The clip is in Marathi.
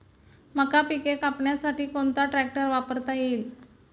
मका पिके कापण्यासाठी कोणता ट्रॅक्टर वापरता येईल?